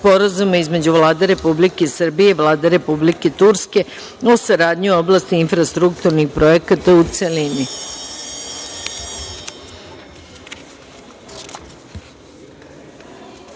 između Vlade Republike Srbije i Vlade Republike Turske o saradnji u oblasti infrastrukturnih projekata, u